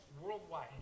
Worldwide